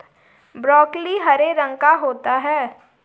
broccoli हरे रंग का होता है